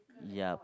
yup